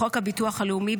לחוק הביטוח הלאומי,